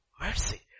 mercy